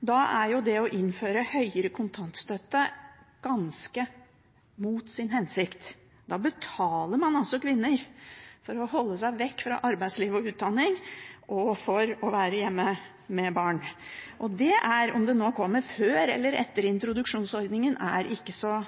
Da vil det å innføre høyere kontantstøtte virke ganske mot sin hensikt. Da betaler man altså kvinner for å holde seg vekk fra arbeidsliv og utdanning og for å være hjemme med barn. Om det kommer før eller etter introduksjonsordningen, er ikke så